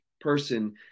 person